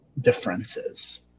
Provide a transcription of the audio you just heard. differences